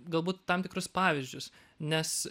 galbūt tam tikrus pavyzdžius nes